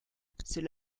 c’est